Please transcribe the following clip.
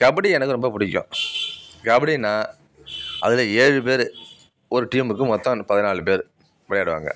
கபடி எனக்கு ரொம்ப பிடிக்கும் கபடினால் அதில் ஏழு பேர் ஒரு டீமுக்கு மொத்தம் பதினாலு பேர் விளையாடுவாங்க